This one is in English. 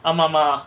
ஆமா மா:aama ma